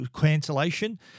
cancellation